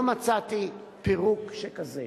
לא מצאתי פירוק שכזה.